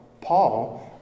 Paul